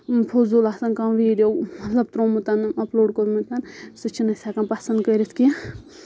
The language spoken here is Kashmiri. فضوٗل آسان کانٛہہ ویٖڈیو مطلب تروومُت اَپلوڈ کوٚرمُت سُہ چھِنہٕ أسۍ ہؠکان پَسنٛد کٔرِتھ کیٚنٛہہ